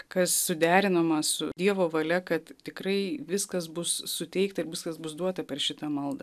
kas suderinama su dievo valia kad tikrai viskas bus suteikta ir viskas bus duota per šitą maldą